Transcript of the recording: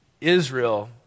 Israel